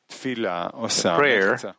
prayer